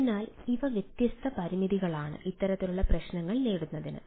അതിനാൽ ഇവ വ്യത്യസ്ത പരിമിതികളാണ് ഇത്തരത്തിലുള്ള പ്രശ്നങ്ങൾ നേടുന്നതിന്